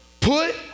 Put